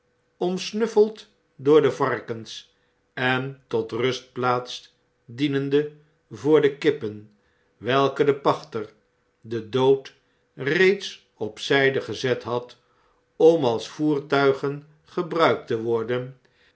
omsnuffeld door de varkens en tot rustplaats dienende voor de kippen welke de pachter de dood reeds op zijde gezet had om als voertuigen gebruikt te worden